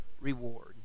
reward